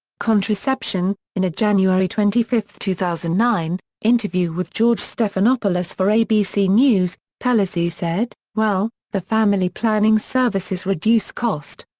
contraception in a january twenty five, two thousand and nine, interview with george stephanopoulos for abc news, pelosi said, well, the family planning services reduce cost.